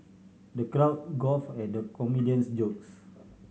the guard guffawed at the comedian's jokes